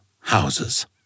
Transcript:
houses